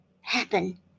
happen